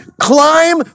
climb